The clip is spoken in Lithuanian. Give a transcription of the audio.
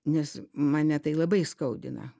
nes mane tai labai skaudina